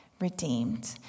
redeemed